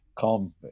come